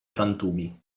frantumi